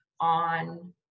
on